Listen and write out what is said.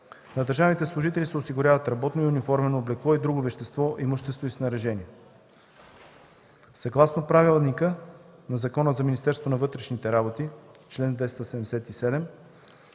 На държавните служители се осигуряват работно и униформено облекло и друго вещево имущество и снаряжение. Съгласно правилника на Закона за Министерството на вътрешните работи, чл. 277,